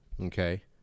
okay